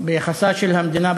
ביחסה של המדינה,